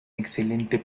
excelente